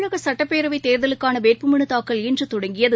தமிழக சட்டப்பேரவைத் தேர்தலுக்கான வேட்புமனு தாக்கல் இன்று தொடங்கியது